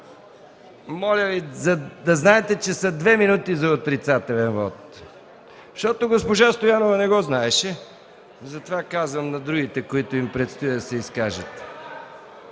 Моля Ви, да знаете, че са две минути за отрицателен вот. Госпожа Стоянова не го знаеше, затова казвам на другите, на които им предстои да се изкажат.